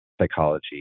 psychology